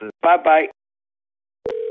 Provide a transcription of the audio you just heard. Bye-bye